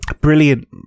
Brilliant